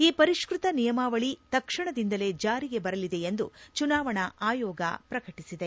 ಈ ಪರಿಷ್ಕ ತ ನಿಯಮಾವಳಿ ತಕ್ಷಣದಿಂದಲೇ ಜಾರಿಗೆ ಬರಲಿದೆ ಎಂದು ಚುನಾವಣಾ ಆಯೋಗ ಪ್ರಕಟಿಸಿದೆ